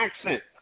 accent